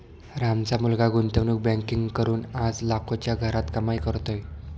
रामचा मुलगा गुंतवणूक बँकिंग करून आज लाखोंच्या घरात कमाई करतोय